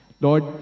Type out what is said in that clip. Lord